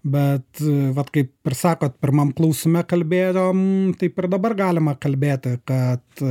bet vat kaip ir sakot pirmam klausime kalbėjom taip ir dabar galima kalbėti kad